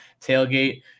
tailgate